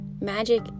magic